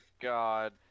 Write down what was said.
god